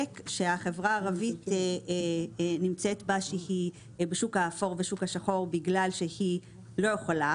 של החברה הערבית שנמצא בשוק האפור ובשוק השחור בגלל שהוא לא יכול,